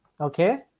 Okay